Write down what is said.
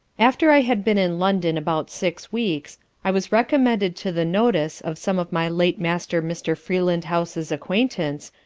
after i had been in london about six weeks i was recommended to the notice of some of my late master mr. freelandhouse's acquaintance,